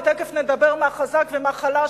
ותיכף נדבר מה חזק ומה חלש,